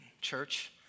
church